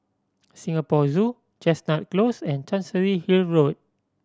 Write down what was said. Singapore Zoo Chestnut Close and Chancery Hill Road